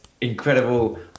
Incredible